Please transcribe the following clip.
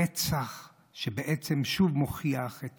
רצח ששוב מוכיח את